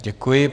Děkuji.